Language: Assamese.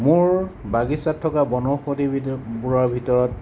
মোৰ বাগিচাত থকা বনৌষধবিধৰবোৰৰ ভিতৰত